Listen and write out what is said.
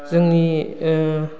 जोंनि